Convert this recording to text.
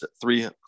three